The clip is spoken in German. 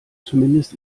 zumindest